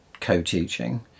co-teaching